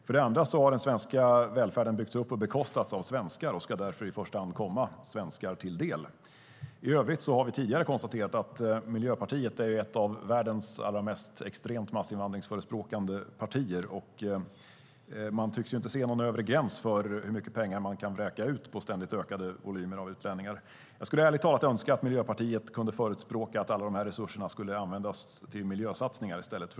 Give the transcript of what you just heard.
För det andra har den svenska välfärden byggts upp och bekostats av svenskar och ska därför i första hand komma svenskar till del. I övrigt har vi tidigare konstaterat att Miljöpartiet är ett av världens allra mest extremt massinvandringsförespråkande partier. Man tycks inte se någon övre gräns för hur mycket pengar man kan vräka ut på ständigt ökade volymer av utlänningar. Jag skulle ärligt talat önska att Miljöpartiet kunde förespråka att alla de här resurserna användes till miljösatsningar i stället.